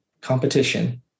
competition